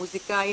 מוזיקאים